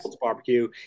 barbecue